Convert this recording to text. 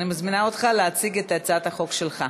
אני מזמינה אותך להציג את הצעת החוק שלך.